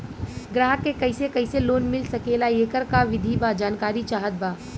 ग्राहक के कैसे कैसे लोन मिल सकेला येकर का विधि बा जानकारी चाहत बा?